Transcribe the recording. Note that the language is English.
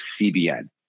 CBN